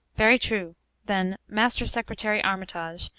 very true then, master secretary armitage,